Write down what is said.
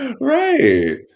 right